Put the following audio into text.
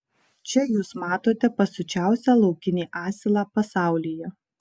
čia jūs matote pasiučiausią laukinį asilą pasaulyje